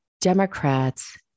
Democrats